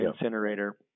incinerator